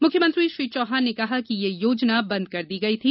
मुख्यमंत्री श्री चौहान ने कहा कि यह योजना बंद कर दी गई थी